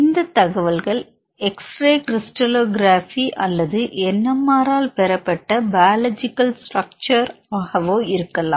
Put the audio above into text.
இந்த தகவல்கள் x ray crystallography அல்லதுNMR ஆல் பெறப்பட்ட பயோலொஜிக்கல் ஸ்ட்ரக்ட்க்ஷர் ஆகவோ இருக்கலாம்